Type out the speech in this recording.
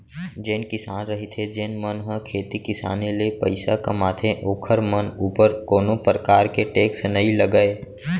जेन किसान रहिथे जेन मन ह खेती किसानी ले पइसा कमाथे ओखर मन ऊपर कोनो परकार के टेक्स नई लगय